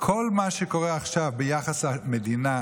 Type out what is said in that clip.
כל מה שקורה עכשיו ביחס המדינה,